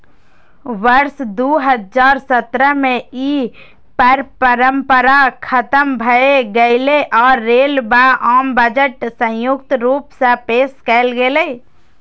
वर्ष दू हजार सत्रह मे ई परंपरा खतम भए गेलै आ रेल व आम बजट संयुक्त रूप सं पेश कैल गेलै